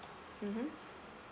mmhmm